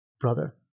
brother